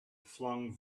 flung